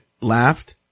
Laughed